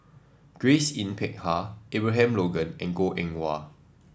Grace Yin Peck Ha Abraham Logan and Goh Eng Wah